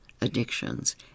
addictions